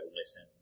listen